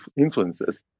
influences